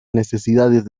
necesidades